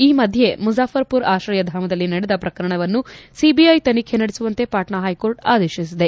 ಈ ಮಧ್ಯೆ ಮುಜಾಪುರ್ಪುರ್ ಆಶ್ರಯಧಾಮದಲ್ಲಿ ನಡೆದ ಪ್ರಕರಣವನ್ನು ಸಿಬಿಐ ತನಿಖೆ ನಡೆಸುವಂತೆ ಪಾಟ್ನಾ ಹೈಕೋರ್ಟ್ ಆದೇಶಿಸಿದೆ